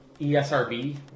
ESRB